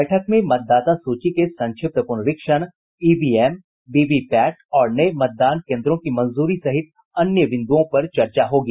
बैठक में मतदाता सूची के संक्षिप्त प्रनरीक्षण ईवीएम वीवी पैट और नये मतदान केन्द्रों की मंजूरी सहित अन्य बिन्दुओं पर चर्चा होगी